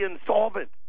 insolvent